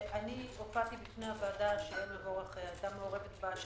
שהופעתי בפני הוועדה שיעל מבורך היתה מעורבת בה.